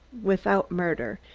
without murder,